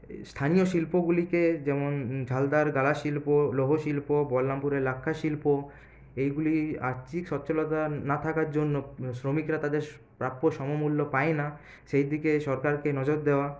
স্থানীয় শিল্পগুলিকে যেমন ঝালদার গালাশিল্প লৌহশিল্প বলরামপুরের লাক্ষাশিল্প এইগুলি আর্থিক স্বচ্ছলতা না থাকার জন্য শ্রমিকরা তাদের প্রাপ্য সমমূল্য পায় না সেইদিকে সরকারকে নজর দেওয়া